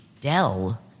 Dell